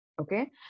okay